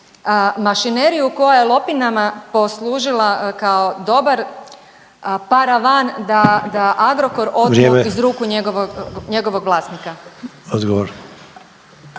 mašineriju koja je lopinama poslužila kao dobar paravan da Agrokor otmu iz ruku njegovog vlasnika.